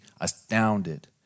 astounded